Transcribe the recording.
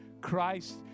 Christ